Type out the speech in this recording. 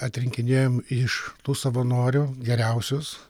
atrinkinėjom iš tų savanorių geriausius